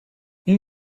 این